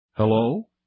Hello